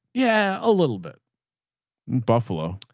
yeah. a little bit buffalo,